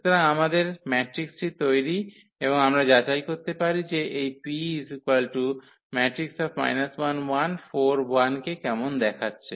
সুতরাং আমাদের ম্যাট্রিক্সটি তৈরি এবং আমরা যাচাই করতে পারি যে এই কে কেমন দেখাচ্ছে